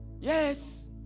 Yes